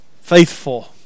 faithful